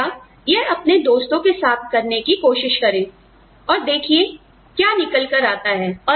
तो कृपया यह अपने दोस्तों के साथ करने की कोशिश करें और देखिए क्या निकल कर आता है